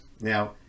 Now